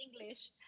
english